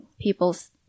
people's